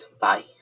Bye